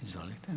Izvolite.